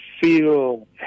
feel